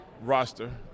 roster